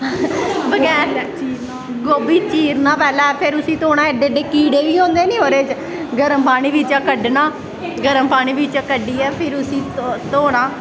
गोभी चीरना पैह्लैं फिर उसी धोनां एडे एडे कीड़े बी होंदे ना ओह्दे बिच्च गर्म पानी बिच्चें कड्ढना गर्म पानी बिच्चैं कड्ढियै फिर उसी धोनां